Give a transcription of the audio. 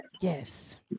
yes